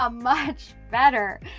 ah much better.